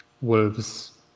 Wolves